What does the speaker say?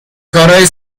کارای